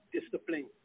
discipline